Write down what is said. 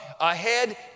ahead